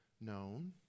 known